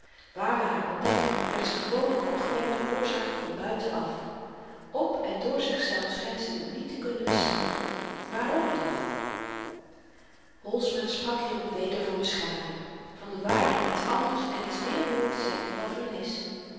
waar we haar ontdekken werd ze gewoonlyk opgewekt door oorzaken van buiten af op en door zichzelf schynt ze niet te kunnen bestaan waarom toch holsma sprak hierop weder van beschaving van de ware die iets anders en iets meer behoort te zyn dan vernis